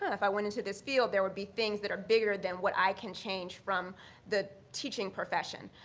if i went into this field, there would be things that are bigger than what i can change from the teaching profession.